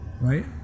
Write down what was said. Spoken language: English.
Right